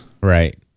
Right